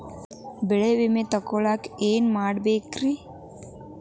ಬೆಳೆ ವಿಮೆ ತಗೊಳಾಕ ಏನ್ ಮಾಡಬೇಕ್ರೇ?